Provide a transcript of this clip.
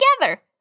together